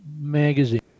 Magazine